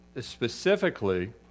specifically